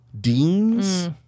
deans